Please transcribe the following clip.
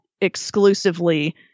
exclusively